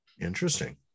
Interesting